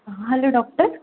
ಹಾಂ hello doctor